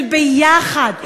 של יחד,